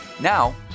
now